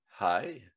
hi